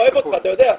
של ההחרגה שלכם,